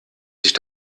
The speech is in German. sich